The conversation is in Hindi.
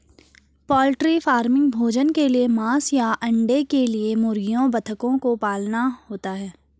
पोल्ट्री फार्मिंग भोजन के लिए मांस या अंडे के लिए मुर्गियों बतखों को पालना होता है